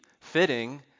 fitting